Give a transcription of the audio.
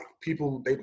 People